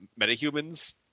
metahumans